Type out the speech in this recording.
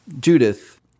Judith